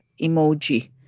emoji